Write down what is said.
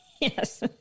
Yes